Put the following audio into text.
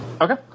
Okay